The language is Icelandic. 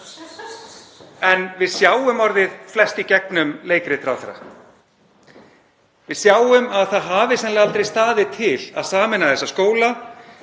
Við sjáum orðið flest í gegnum leikrit ráðherra. Við sjáum að það hafi sennilega aldrei staðið til að sameina þessa skóla